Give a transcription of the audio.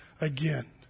again